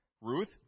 Ruth